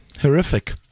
horrific